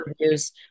reviews